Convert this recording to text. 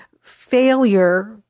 failure